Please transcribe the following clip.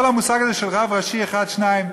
כל המושג הזה של רב ראשי אחד, שניים,